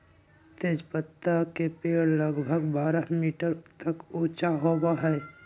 तेजपत्ता के पेड़ लगभग बारह मीटर तक ऊंचा होबा हई